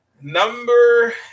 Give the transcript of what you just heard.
Number